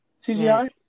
CGI